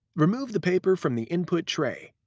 remove the paper from the input tray.